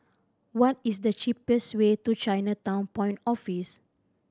what is the cheapest way to Chinatown Point Office